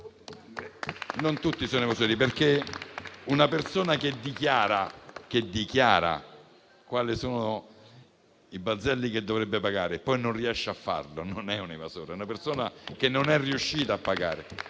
non tutti sono evasori. Una persona che dichiara quali sono i balzelli che dovrebbe pagare e poi non riesce a farlo non è un evasore, ma una persona che non è riuscita a pagare.